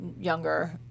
younger